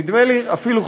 נדמה לי אפילו,